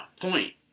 point